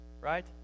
right